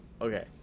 okay